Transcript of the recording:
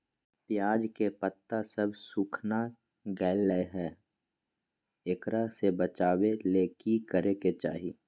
प्याज के पत्ता सब सुखना गेलै हैं, एकरा से बचाबे ले की करेके चाही?